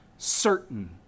certain